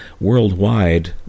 worldwide